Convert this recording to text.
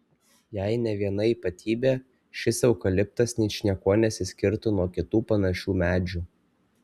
jei ne viena ypatybė šis eukaliptas ničniekuo nesiskirtų nuo kitų panašių medžių